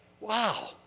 wow